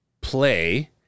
play